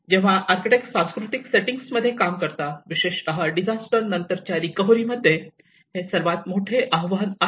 जेव्हा आर्किटेक्ट सांस्कृतिक सेटिंग्जमध्ये काम करतात विशेषत डिजास्टर नंतरच्या रिकवरी मध्ये हे सर्वात मोठे आव्हान आहे